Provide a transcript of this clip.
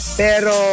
pero